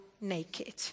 naked